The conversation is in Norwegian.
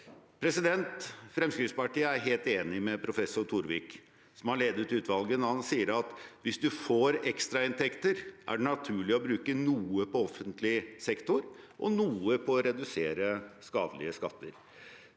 rapporten. Fremskrittspartiet er helt enig med professor Torvik, som har ledet utvalget, når han sier at hvis man får ekstrainntekter, er det naturlig å bruke noe på offentlig sektor og noe på å redusere skadelige skatter.